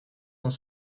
dans